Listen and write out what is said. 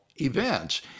events